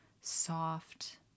soft